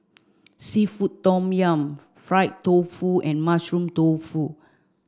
seafood tom yum fried tofu and mushroom tofu